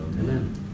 Amen